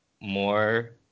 more